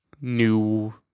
new